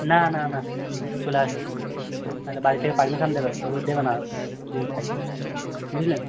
না না না চলে আসবো নাহলে বাড়ি থেকে পারমিশান দেবে ও দেবে না যদি থাকি বুঝলে